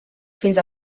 fins